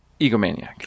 egomaniac